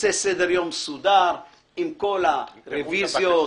ייצא סדר-יום מסודר עם כל הרביזיות,